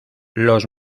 los